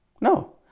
No